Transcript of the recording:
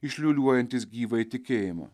išliūliuojantys gyvąjį tikėjimą